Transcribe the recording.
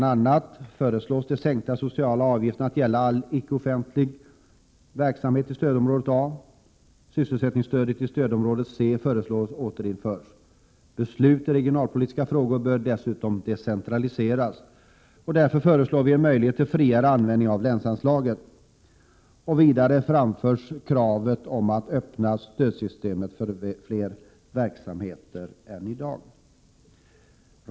a. föreslår vi att sänkta sociala avgifter skall gälla all icke-offentlig verksamhet i stödområde A. Sysselsättningsstödet i stödområde C föreslår vi från folkpartiet återinfört. Beslut i regionalpolitiska frågor bör dessutom decentraliseras. Därför föreslår vi möjligheter till friare användning av länsanslaget. Vidare framförs kravet att öppna stödsystemet för fler verksamheter än i dag.